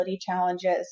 challenges